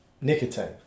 nicotine